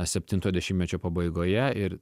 septinto dešimtmečio pabaigoje ir